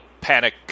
panic